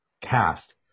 cast